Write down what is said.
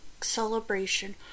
celebration